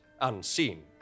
unseen